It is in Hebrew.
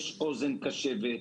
יש אוזן קשבת,